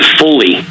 fully